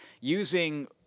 using